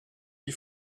die